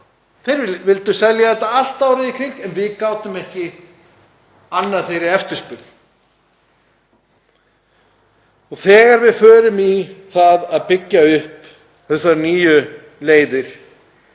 Þeir vildu selja þetta allt árið um kring en við gátum ekki annað þeirri eftirspurn. Þegar við förum í það að byggja upp þessar nýju leiðir